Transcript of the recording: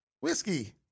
whiskey